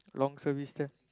long service then